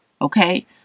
okay